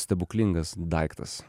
stebuklingas daiktas